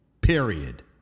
Period